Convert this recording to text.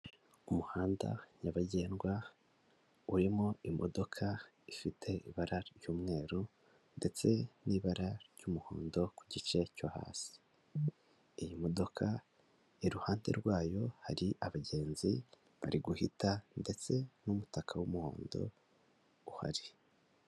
Umuhanda nyabagendwa urimo imodoka ifite ibara ry'umweru ndetse n'ibara ry'umuhondo ku gice cyo hasi, iyi modoka iruhande rwayo hari abagenzi bari guhita ndetse n'umutaka w'umuhondo uhari.